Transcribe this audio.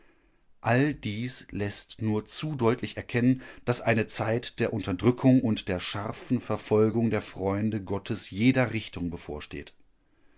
all dies läßt nur zu deutlich erkennen daß eine zeit der unterdrückung und der scharfen verfolgung der freunde gottes jeder richtung bevorsteht